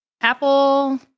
Apple